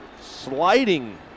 sliding